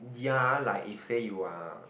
ya like if say you are